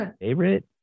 Favorite